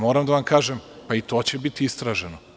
Moram da vam kažem da će i to biti istraženo.